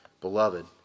beloved